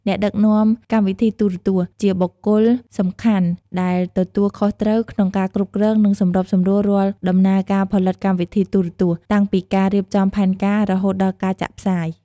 អ្នកដឹកនាំកម្មវិធីទូរទស្សន៍ ជាបុគ្គលសំខាន់ដែលទទួលខុសត្រូវក្នុងការគ្រប់គ្រង និងសម្របសម្រួលរាល់ដំណើរការផលិតកម្មវិធីទូរទស្សន៍ តាំងពីការរៀបចំផែនការ រហូតដល់ការចាក់ផ្សាយ។